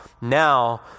now